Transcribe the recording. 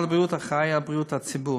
ברצוני